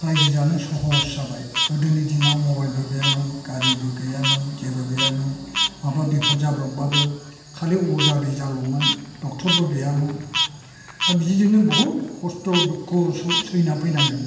रायजो जानो सहस जाबाय गोदोनि दिनाव मबाइलबो गैयामोन गारिबो गैयामोन जेबो गैयामोन माबा बिफद जाब्रबब्लाबो खालि अजा बेजा ल'मोन ड'क्टरबो गैयामोन दा बिदिजोंनो बुहद खस्थ' दुखु सैना फैनांदों